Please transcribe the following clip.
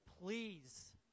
please